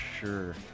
sure